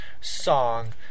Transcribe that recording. song